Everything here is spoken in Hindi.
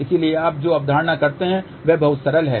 इसलिए आप जो अवधारणा करते हैं वह बहुत सरल है